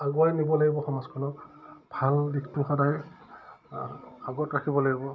আগুৱাই নিব লাগিব সমাজখনক ভাল দিশটো সদায় আ আগত ৰাখিব লাগিব